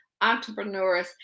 entrepreneurs